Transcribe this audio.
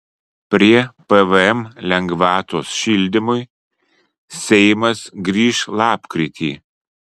prie pvm lengvatos šildymui seimas grįš lapkritį